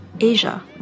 Asia